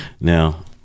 now